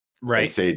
right